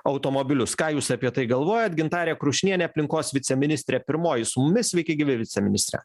automobilius ką jūs apie tai galvojat gintarė krušnienė aplinkos viceministrė pirmoji su mumis sveiki gyvi viceministre